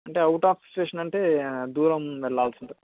అంటే out of station అంటే దూరం వెళ్ళాల్సిందా